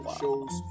shows